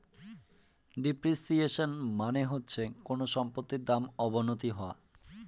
depreciation মানে হচ্ছে কোনো সম্পত্তির দাম অবনতি হওয়া